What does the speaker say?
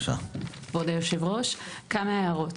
כבוד יושב הראש, כמה הערות.